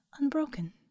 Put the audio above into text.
unbroken